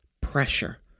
pressure